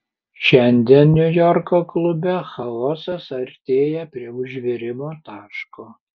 šiandien niujorko klube chaosas artėja prie užvirimo taško